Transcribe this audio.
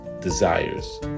desires